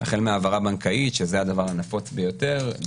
החל מהעברה בנקאית שזה הדבר הנפוץ ביותר דרך המחאות.